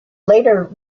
later